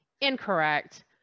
incorrect